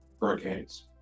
hurricanes